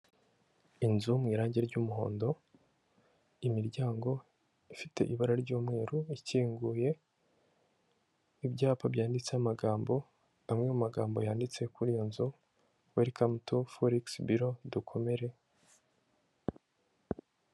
Inzu mu irangi ry'umuhondo, imiryango ifite ibara ry'umweru ikinguye, ibyapa byanditse amagambo, amwe mu magambo yanditse kuri iyo nzu weli kamu tu foregisi bilo, dukomere...